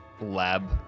lab